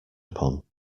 upon